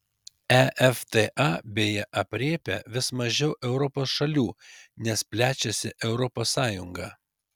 efta beje aprėpia vis mažiau europos šalių nes plečiasi europos sąjunga